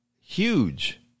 huge